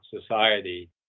society